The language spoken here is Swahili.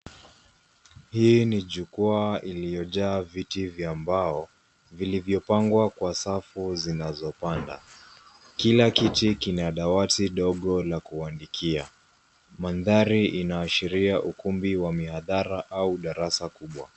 Hii ni jukwaa iliyojaa viti vya mbao vilivyopangwa kwa safu zinazopanda. Kila kiti kina dawati dogo la kuandikia. Mandhari inaashiria ukumbi wa mihadhara au darasa kubwa.